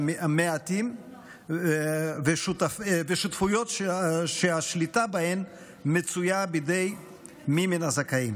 מטעמם ושותפויות שהשליטה בהן מצויה בידי מי מן הזכאים.